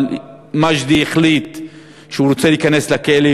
אבל מג'די החליט שהוא רוצה להיכנס לכלא,